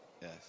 Yes